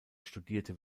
studierte